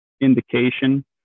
indication